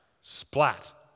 splat